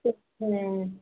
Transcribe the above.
ਹੁੰ